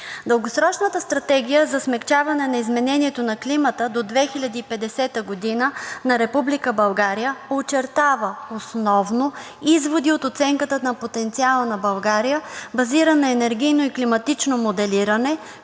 Дългосрочната стратегия за смекчаване на изменението на климата до 2050 г. на Република България очертава основно изводи от оценката на потенциала на България, базирана на енергийно и климатично моделиране,